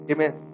Amen